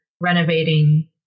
renovating